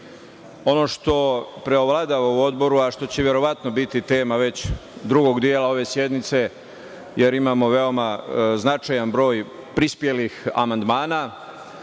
što preovladava u Odboru a što će verovatno biti tema već drugog dela ove sednice, jer imamo veoma značajan broj prispelih amandmana,